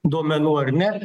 duomenų ar ne